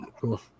Cool